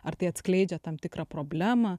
ar tai atskleidžia tam tikrą problemą